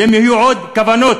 ואם יהיו עוד כוונות